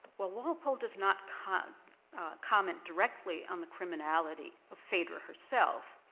while walpole does not comment comment directly on the criminality of phaedra herself,